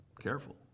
Careful